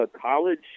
college